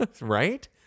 right